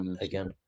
again